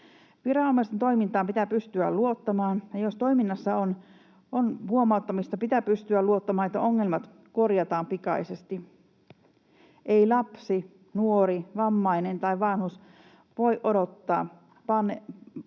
Viranomaisten toimintaan pitää pystyä luottamaan, ja jos toiminnassa on huomauttamista, pitää pystyä luottamaan, että ongelmat korjataan pikaisesti. Ei lapsi, nuori, vammainen tai vanhus voi odottaa pandemian